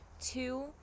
two